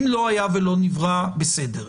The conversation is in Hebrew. אם לא היה ולא נברא בסדר.